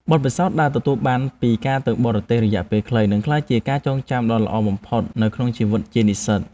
បទពិសោធន៍ដែលទទួលបានពីការទៅបរទេសរយៈពេលខ្លីនឹងក្លាយជាការចងចាំដ៏ល្អបំផុតនៅក្នុងជីវិតជានិស្សិត។